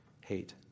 hate